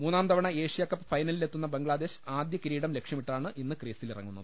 മൂന്നാംതവണ Asia cup ഫൈനലിലെത്തുന്ന ബംഗ്ലാദേശ് ആദ്യ കിരീടം ലക്ഷ്യമിട്ടാണ് ഇന്ന് ക്രീസിലിറങ്ങുന്നത്